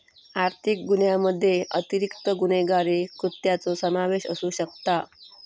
आर्थिक गुन्ह्यामध्ये अतिरिक्त गुन्हेगारी कृत्यांचो समावेश असू शकता